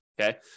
okay